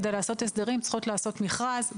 כדי לעשות הסדרים צריכות לעשות מכרז,